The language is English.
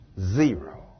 Zero